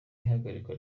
ihagarikwa